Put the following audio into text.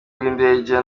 bw’indege